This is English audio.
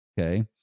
Okay